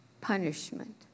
punishment